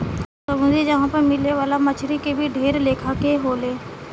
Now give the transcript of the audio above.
समुंद्री जगह पर मिले वाला मछली के भी ढेर लेखा के होले